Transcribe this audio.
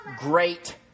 great